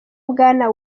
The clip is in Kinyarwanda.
bwana